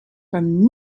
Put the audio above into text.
from